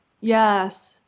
Yes